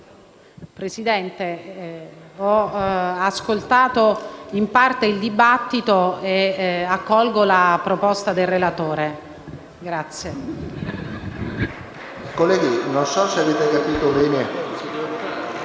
Presidente, ho ascoltato in parte il dibattito e accolgo la proposta del relatore.